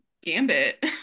Gambit